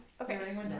Okay